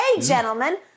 gentlemen